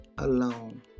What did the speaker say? alone